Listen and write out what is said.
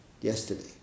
yesterday